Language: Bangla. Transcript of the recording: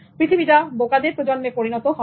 পৃথিবীটা বোকাদের প্রজন্মে পরিণত হবে